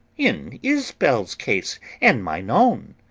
in isbel's case and mine own.